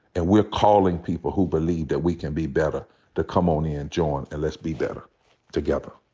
and we're calling people who believe that we can be better to come on in, join, and let's be better together.